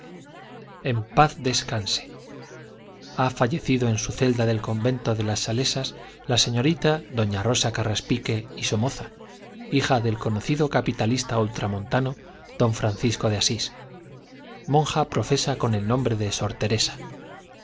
en paz descanse ha fallecido en su celda del convento de las salesas la señorita doña rosa carraspique y somoza hija del conocido capitalista ultramontano don francisco de asís monja profesa con el nombre de sor teresa